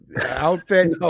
outfit